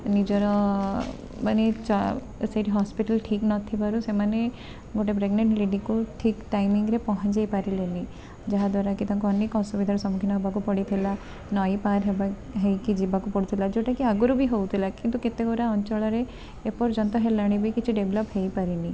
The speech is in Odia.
ନିଜର ମାନେ ସେଠି ହସ୍ପିଟାଲ ଠିକ୍ ନଥିବାରୁ ସେମାନେ ଗୋଟେ ପ୍ରେଗନେଣ୍ଟ ଲେଡ଼ିକୁ ଠିକ୍ ଟାଇମିଙ୍ଗରେ ପହଞ୍ଚାଇ ପାରିଲେନି ଯାହାଦ୍ୱାରା କି ତାଙ୍କୁ ଅନେକ ଅସୁବିଧାର ସମ୍ମୁଖୀନ ହେବାକୁ ପଡ଼ିଥିଲା ନଈ ପାର ହେବା ହେଇକି ଯିବାକୁ ପଡ଼ୁଥିଲା ଯେଉଁଟା କି ଆଗରୁ ବି ହେଉଥିଲା କିନ୍ତୁ କେତେଗୁରା ଅଞ୍ଚଳରେ ଏପର୍ଯ୍ୟନ୍ତ ହେଲାଣି ବି କିଛି ଡେଭଲପ୍ ହେଇପାରିନି